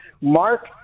Mark